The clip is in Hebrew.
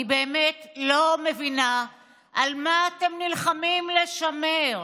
אני באמת לא מבינה מה אתם נלחמים לשמר.